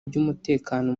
by’umutekano